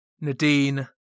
Nadine